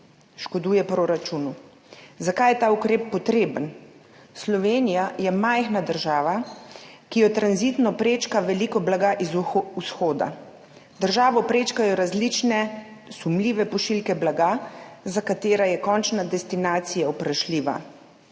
škoduje proračunu. Zakaj je ta ukrep potreben? Slovenija je majhna država, ki jo tranzitno prečka veliko blaga z vzhoda. Državo prečkajo različne sumljive pošiljke blaga, za katere je končna destinacija vprašljiva.